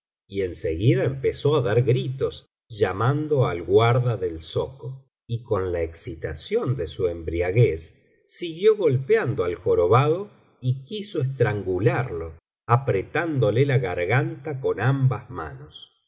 y en seguida empezó á dar gritos llamando al guarda del zoco y con la excitación de su embriaguez siguió golpeando al jorobado y quiso estrangularlo apretándole la garganta con ambas manos